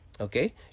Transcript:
Okay